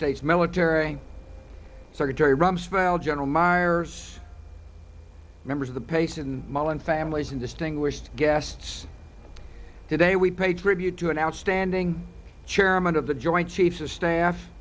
states military secretary rumsfeld general myers members of the pace and mullen families and distinguished guests today we paid tribute to an outstanding chairman of the joint chiefs of staff